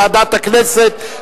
ועדת הכנסת,